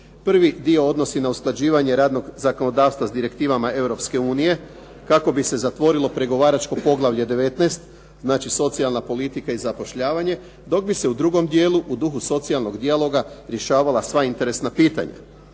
Prvi dio odnosi na usklađivanje radnog zakonodavstva s direktivama Europske unije, kako bi se zatvorilo pregovaračko poglavlje 19. – Socijalna politika i zapošljavanje, dok bi se u drugom dijelu u duhu socijalnog dijaloga rješavala sva interesna pitanja.